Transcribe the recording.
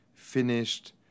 finished